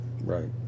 Right